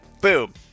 Boom